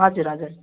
हजुर हजुर